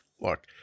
Look